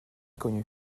connus